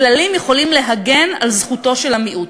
הכללים יכולים להגן על זכותו של המיעוט.